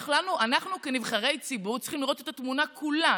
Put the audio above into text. אנחנו כנבחרי ציבור צריכים לראות את התמונה כולה.